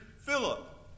Philip